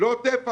לעוטף עזה,